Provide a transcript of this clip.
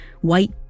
white